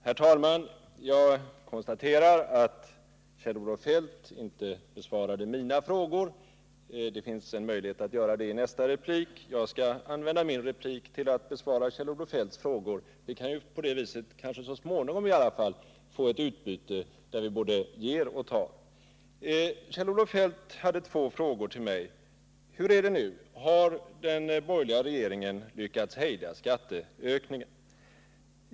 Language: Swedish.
Herr talman! Jag konstaterar att Kjell-Olof Feldt inte besvarade mina frågor. Det finns en möjlighet att göra det i nästa replik. Jag skall använda min replik till att besvara Kjell-Olof Feldts frågor. På det viset kanske vi i alla fall så småningom kan få ett utbyte, där vi både ger och tar. Kjell-Olof Feldt ställde två frågor till mig. Den första frågan var: Har den borgerliga regeringen lyckats hejda skatteökningen?